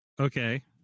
Okay